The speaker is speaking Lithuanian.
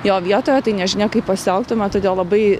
jo vietoje tai nežinia kaip pasielgtume todėl labai